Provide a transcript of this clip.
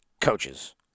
coaches